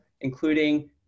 including